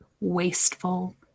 wasteful